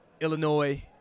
Illinois